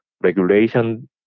regulation